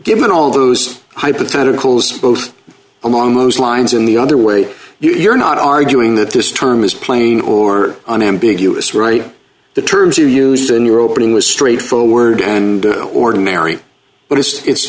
given all of those hypotheticals both along those lines in the other way you're not arguing that this term is plain or unambiguous right the terms you used in your opening was straightforward and ordinary but it's